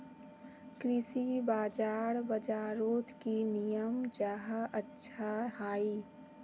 कृषि बाजार बजारोत की की नियम जाहा अच्छा हाई?